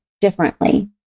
differently